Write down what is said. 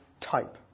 type